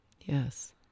Yes